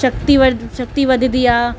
शक्ति वर्ध शक्ति वधंदी आहे